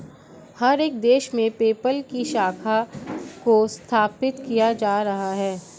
हर एक देश में पेपल की शाखा को स्थापित किया जा रहा है